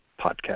podcast